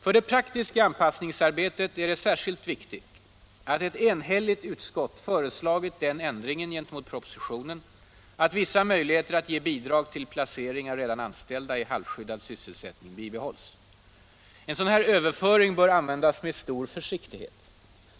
För det praktiska anpassningsarbetet är det särskilt viktigt att ett enhälligt utskott föreslagit den ändringen gentemot propositionen att vissa möjligheter att ge bidrag till placering av redan anställda i halvskyddad sysselsättning bibehålls. Sådan överföring bör användas med stor försiktighet.